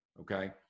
Okay